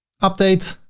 updates,